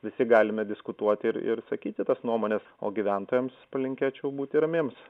visi galime diskutuoti ir ir sakyti tas nuomones o gyventojams palinkėčiau būti ramiems